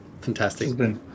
Fantastic